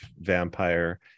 vampire